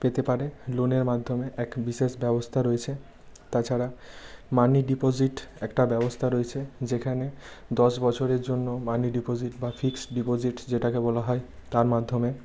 পেতে পারে লোনের মাধ্যমে এক বিশেষ ব্যবস্থা রয়েছে তাছাড়া মানি ডিপোজিট একটা ব্যবস্থা রয়েছে যেখানে দশ বছরের জন্য মানি ডিপোজিট বা ফিক্সড ডিপোজিট যেটাকে বলা হয় তার মাধ্যমে